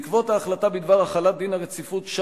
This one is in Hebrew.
בעקבות ההחלטה בדבר החלת דין הרציפות,